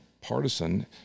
partisan